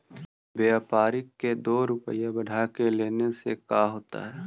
व्यापारिक के दो रूपया बढ़ा के लेने से का होता है?